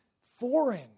foreign